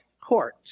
court